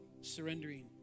surrendering